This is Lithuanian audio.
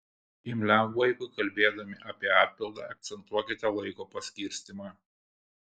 imliam vaikui kalbėdami apie atpildą akcentuokite laiko paskirstymą